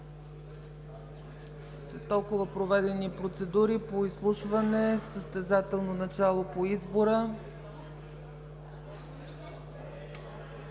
Има толкова проведени процедури по изслушване, състезателно начало по избора.